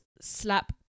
slap